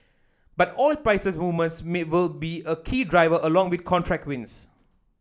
but oil prices movements will be a key driver along with contract wins